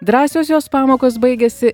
drąsios jos pamokos baigiasi